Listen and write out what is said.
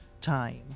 time